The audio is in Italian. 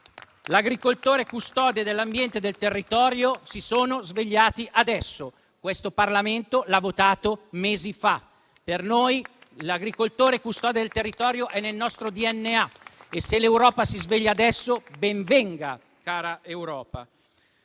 dell'agricoltore custode dell'ambiente e del territorio si sono svegliati adesso, mentre questo Parlamento lo ha votato mesi fa. Per noi l'agricoltore custode del territorio è nel nostro DNA, ma se l'Europa si sveglia adesso, ben venga, cara Europa.